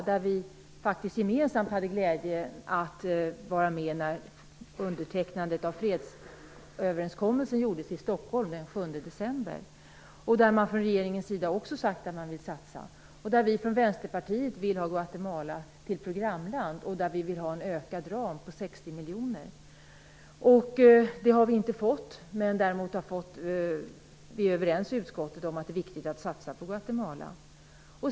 Vi hade faktiskt gemensamt glädjen att vara med när undertecknandet av fredsöverenskommelsen gjordes i Stockholm den 7 december, och regeringen har också sagt att man vill satsa. Vi från Vänsterpartiet vill ha Guatemala till programland med en ökad ram på 60 miljoner. Det har vi inte fått. Däremot är vi överens i utskottet om att satsa på Guatemala.